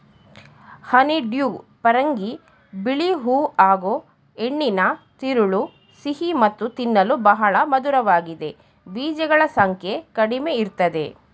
honeydew ಪರಂಗಿ ಬಿಳಿ ಹೂ ಹಾಗೂಹೆಣ್ಣಿನ ತಿರುಳು ಸಿಹಿ ಮತ್ತು ತಿನ್ನಲು ಬಹಳ ಮಧುರವಾಗಿದೆ ಬೀಜಗಳ ಸಂಖ್ಯೆ ಕಡಿಮೆಇರ್ತದೆ